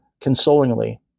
consolingly